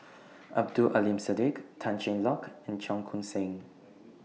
Abdul Aleem Siddique Tan Cheng Lock and Cheong Koon Seng